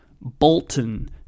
Bolton